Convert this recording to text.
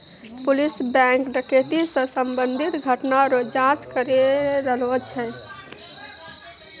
police bank डकैती से संबंधित घटना रो जांच करी रहलो छै